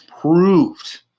proved